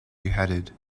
beheaded